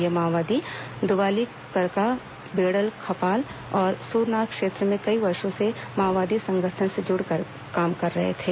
ये माओवादी दुवालीकरका बड़ेलखापल और सूरनार क्षेत्र में कई वर्षो से माओवादी संगठन से जुड़कर काम कर रहे थे